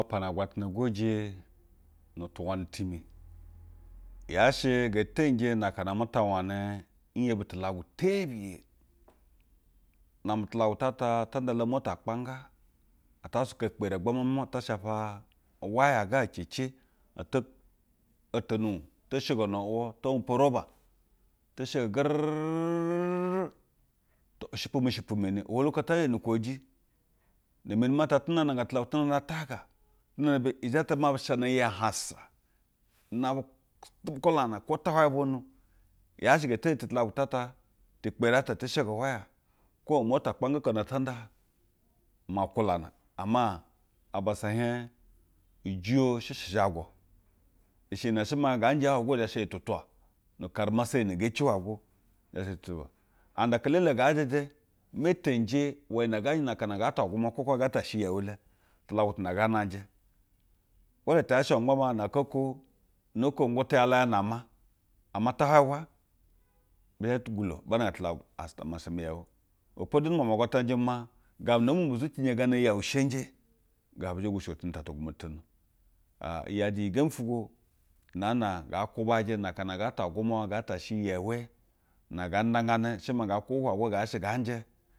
Ma pana agwatana ugwuje nu tu wane ti mi yaa she ngee teyinije na akana ame ta wane. N yebi tulagwu tebiya. Na-ame tulagwu ta ata tanda la umotu akpa-jga ata suka ukpere ugbaʒgbam ata shapa uwaya ga cece oto o-gtonu u-j toshogo nu wuwu to umpwo roba, to sho gerrrrere. To, ushe pwu mu hse usje wu meni. Ohwolu oko ta zha nu keji. Ne meni ma ata tuna nanga tulagwu tu na nda ataga tuna bi ijete ma bu shana nyi hansa ina bu kulana. Kwo ta hwaye bwonu yaa she nge teyije tu tulagwa ta ata tu ukper ata oto shego uwaya, kwo omotu akpa-jga kok na ata nda. Ima kwulana ama abassa e hiej ujiyo shɛshɛ uzhagwu. Ishɛ iyi ne she maa nda nje ya hwuye go izhe sha iyi tutuwa bu karɛmeseyi na ngee ci hwuyego nu karemesiye na ngee xi hwugego. Zha zhe tumo and aka elele ngaa jeje me tetinje we iyiy ne ngaa nje na akana nga ta gwumwa kwo kaa ngaa ta she yeu la. Tulagwu tuna nga nanjɛ. Iwɛj- te yashe ma gba maa naaka oko, una uko ungwu ti ala wa nama. Ama ta hwaye wa be zha ti gwulo ba nanga tulagwu as ta masha mi yeu wɛ po du ŋndumwa ma agwatana jɛmɛ maa, gabu na bi meme zucinji gana yeu shenje, gabu bi zhe jwushigo cenjɛ ta tugwama tu tono. Ana i yaje gembi ufwugo naa na nga kwubaje na akana ngaa ta gwumwa, ngaa ta she yau na ngaa ndagane na she maa nga kwube hwuje go iyi nga njɛ